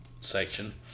section